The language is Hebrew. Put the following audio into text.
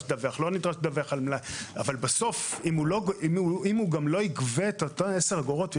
אבל בסוף אם הוא גם לא יגבה אותן 10 אגורות,